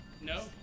no